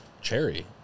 Cherry